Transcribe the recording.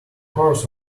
course